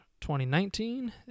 2019